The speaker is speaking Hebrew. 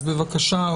אז בבקשה,